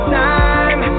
time